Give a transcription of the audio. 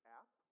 app